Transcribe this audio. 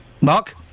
Mark